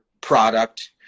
product